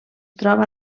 troba